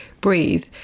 breathe